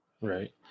Right